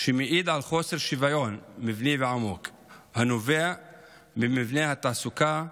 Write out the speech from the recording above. שמעיד על חוסר שוויון מבני ועמוק הנובע ממבנה התעסוקה